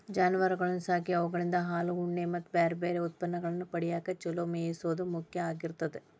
ಜಾನುವಾರಗಳನ್ನ ಸಾಕಿ ಅವುಗಳಿಂದ ಹಾಲು, ಉಣ್ಣೆ ಮತ್ತ್ ಬ್ಯಾರ್ಬ್ಯಾರೇ ಉತ್ಪನ್ನಗಳನ್ನ ಪಡ್ಯಾಕ ಚೊಲೋ ಮೇಯಿಸೋದು ಮುಖ್ಯ ಆಗಿರ್ತೇತಿ